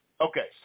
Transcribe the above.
Okay